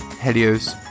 Helios